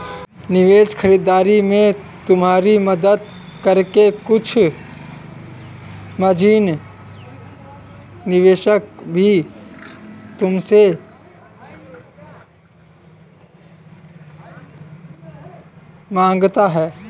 निवेश खरीदारी में तुम्हारी मदद करके कुछ मार्जिन निवेशक भी तुमसे माँगता है